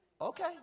Okay